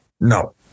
No